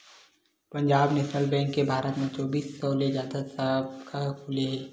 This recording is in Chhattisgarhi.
पंजाब नेसनल बेंक के भारत म चौबींस सौ ले जादा साखा खुले हे